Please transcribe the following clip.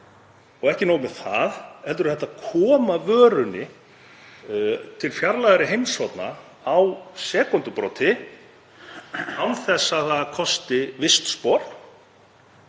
Og ekki nóg með það heldur er hægt að koma vörunni til fjarlægra heimshorna á sekúndubroti án þess að það kosti vistspor.